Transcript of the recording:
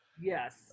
yes